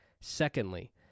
secondly